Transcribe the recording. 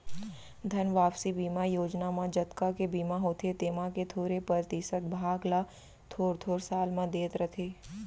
धन वापसी बीमा योजना म जतका के बीमा होथे तेमा के थोरे परतिसत भाग ल थोर थोर साल म देत रथें